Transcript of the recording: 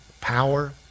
power